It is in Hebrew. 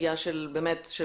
הסוגיה של אלימות